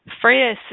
Freya